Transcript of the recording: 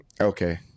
Okay